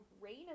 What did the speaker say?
rain